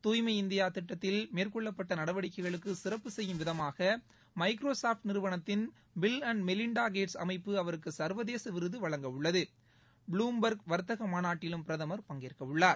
துய்மை இந்தியா திட்டத்தில் மேற்கொள்ளப்பட்ட நடவடிக்கைகளுக்கு சிறப்பு செய்யும் விதமாக மைக்ரோசாப்ட் நிறுவனத்தின் பில் அன்ட் மெலின்டா கேட்ஸ் அமைப்பு அவருக்கு சர்வதேச விருது வழங்க உள்ளது ப்ளும்பர்க் வர்த்தக மாநாட்டிலும் பிரதமர் பங்கேற்க உள்ளார்